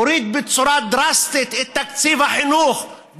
הוריד בצורה דרסטית את תקציב החינוך,